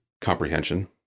comprehension